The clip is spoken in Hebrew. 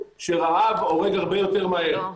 שרעב הורג הרבה יותר מהר.